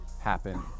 happen